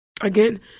Again